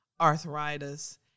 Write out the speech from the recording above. arthritis